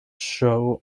shows